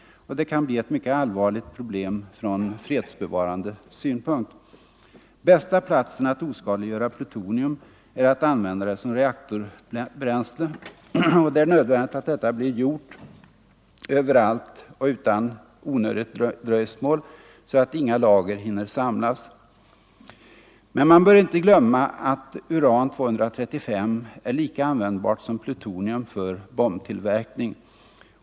Och det kan bli ett mycket allvarligt problem från fredsbevarande synpunkt. Bästa sättet att oskadliggöra plutonium är att använda det som reaktorbränsle, och det är nödvändigt att detta blir gjort överallt och utan onödigt dröjsmål så att inga lager hinner samlas. Men man bör därför inte glömma att uran-235 är lika användbart som plutonium för bombtillverkning.